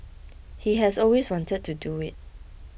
he has always wanted to do it